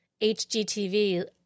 HGTV